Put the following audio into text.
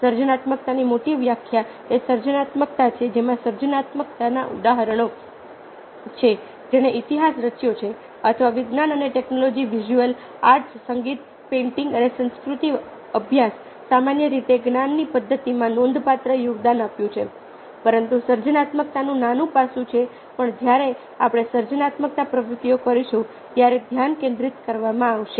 સર્જનાત્મકતાની મોટી વ્યાખ્યા એ સર્જનાત્મકતા છે જેમાં સર્જનાત્મકતાના ઉદાહરણો છે જેણે ઇતિહાસ રચ્યો છે અથવા વિજ્ઞાન અને ટેક્નોલોજી વિઝ્યુઅલ આર્ટ્સ સંગીત પેઇન્ટિંગ અને સંસ્કૃતિ અભ્યાસ સામાન્ય રીતે જ્ઞાનની પદ્ધતિમાં નોંધપાત્ર યોગદાન આપ્યું છે પરંતુ સર્જનાત્મકતાનું નાનું પાસું જે પણ જ્યારે આપણે સર્જનાત્મક પ્રવૃત્તિઓ કરીશું ત્યારે ધ્યાન કેન્દ્રિત કરવામાં આવશે